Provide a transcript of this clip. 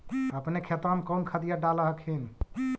अपने खेतबा मे कौन खदिया डाल हखिन?